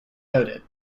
noted